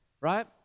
right